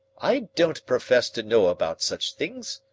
i don't profess to know about such things,